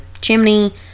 chimney